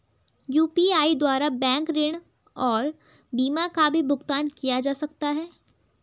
UPI द्वारा bank ऋण और बीमा का भी भुगतान किया जा सकता है?